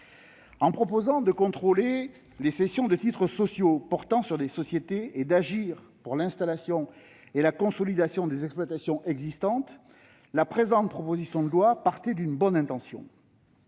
S'agissant de contrôler les cessions de titres sociaux portant sur des sociétés et d'agir pour l'installation et la consolidation des exploitations existantes, la présente proposition de loi partait d'une bonne intention.